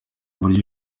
buryo